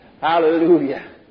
Hallelujah